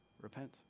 Repent